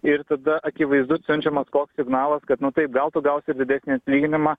ir tada akivaizdu siunčiamas toks signalas kad nu taip gal tu gausi didesnį atlyginimą